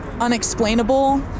unexplainable